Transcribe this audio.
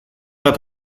bat